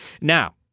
Now